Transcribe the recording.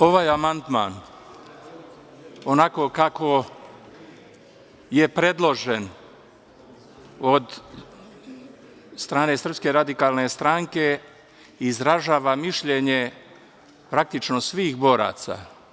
Ovaj amandman, onako kako je predložen, od strane SRS izražava mišljenje praktično svih boraca.